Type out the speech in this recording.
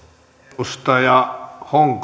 arvoisa herra